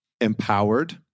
empowered